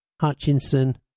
Hutchinson